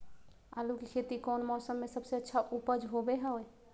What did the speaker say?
आलू की खेती कौन मौसम में सबसे अच्छा उपज होबो हय?